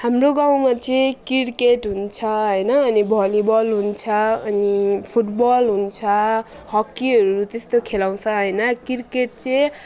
हाम्रो गाउँमा चाहिँ क्रिकेट हुन्छ होइन अनि भलिबल हुन्छ अनि फुटबल हुन्छ हकीहरू त्यस्तो खेलाउँछ होइन क्रिकेट चाहिँ